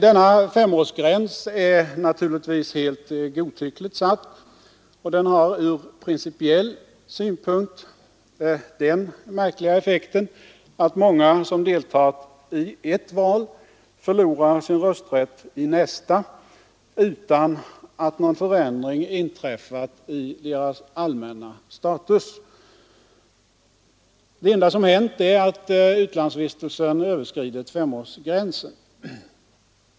Denna femårsgräns är naturligtvis helt godtyckligt satt, och den har ur principiell synpunkt den märkliga effekten att många som deltagit i ett val förlorar sin rösträtt i nästa utan att någon förändring inträffat i deras allmänna status. Det enda som hänt är att utlandsvistelsen överskridit femårsgränsen.